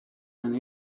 and